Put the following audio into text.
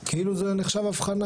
אח שאיבד זה כאילו נחשב אבחנה?